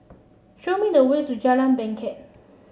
show me the way to Jalan Bangket